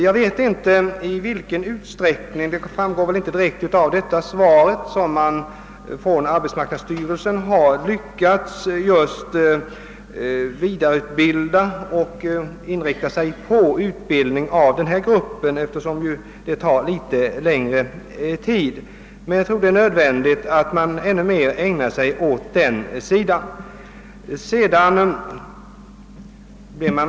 Jag vet inte i vilken utsträckning — det framgår inte direkt av svaret — som arbetsmarknadsstyrelsen har lyckats vidareutbilda och inrikta utbildningen på denna grupp. Det tar naturligtvis litet tid, men jag tror att det är nödvändigt att man ännu mer ägnar sig åt den utbildningen.